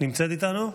נמצאת איתנו?